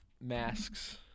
masks